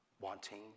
wanting